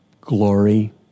glory